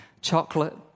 chocolate